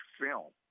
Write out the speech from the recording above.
film